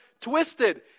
twisted